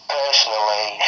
personally